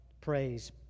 praise